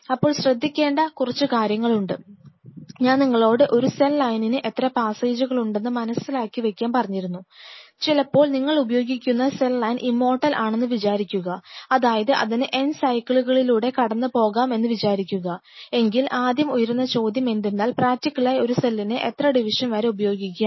അപ്പോൾ ശ്രദ്ധിക്കേണ്ട കുറച്ചു കാര്യങ്ങൾ ഉണ്ട് ഞാൻ നിങ്ങളോട് ഒരു സെൽ ലൈനിന് എത്ര പാസ്സേജുകളുണ്ടെന്നു മനസിലാക്കിവെക്കാൻ പറഞ്ഞിരുന്നു ചിലപ്പോൾ നിങ്ങൾ ഉപയോഗിക്കുന്ന സെൽ ലൈൻ ഇമ്മോർട്ടൽ ആണെന്ന് വിചാരിക്കുക അതായത് അതിന് n സൈക്കിളുകളിലൂടെ കടന്നു പോകാം എന്ന് വിചാരിക്കുക എങ്കിൽ ആദ്യം ഉയരുന്ന ചോദ്യം എന്തെന്നാൽ പ്രാക്ടിക്കലായി ഒരു സെല്ലിനെ എത്ര ഡിവിഷൻ വരെ ഉപയോഗിക്കാം